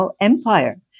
Empire